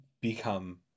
become